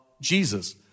Jesus